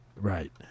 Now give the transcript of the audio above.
Right